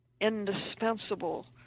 indispensable